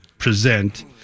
present